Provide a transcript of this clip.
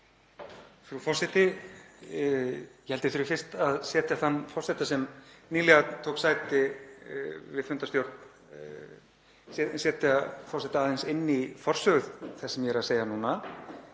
Frú forseti. Ég held að ég þurfi fyrst að setja þann forseta sem nýlega tók sæti við fundarstjórn aðeins inn í forsögu þess sem ég er að segja núna.